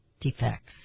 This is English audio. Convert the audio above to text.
defects